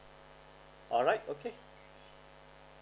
alright okay